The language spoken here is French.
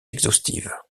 exhaustive